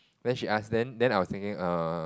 then she ask then then I was thinking err